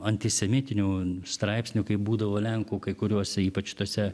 antisemitinių straipsnių kaip būdavo lenkų kai kuriuose ypač tuose